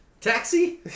taxi